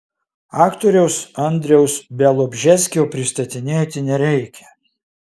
aktoriaus andriaus bialobžeskio pristatinėti nereikia